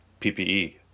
PPE